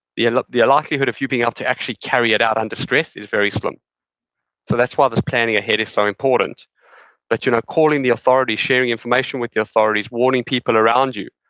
the like the likelihood of you being able to actually carry it out under stress is very slim, so that's why this planning ahead is so important but you know calling the authorities, sharing information with the authorities, warning people around you,